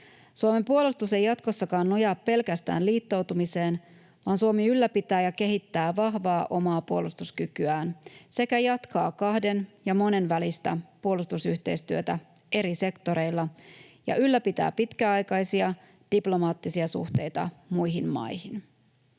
Suomen puolustus ei jatkossakaan nojaa pelkästään liittoutumiseen, vaan Suomi ylläpitää ja kehittää vahvaa omaa puolustuskykyään sekä jatkaa kahden- ja monenvälistä puolustusyhteistyötä eri sektoreilla ja ylläpitää pitkäaikaisia diplomaattisia suhteita muihin maihin.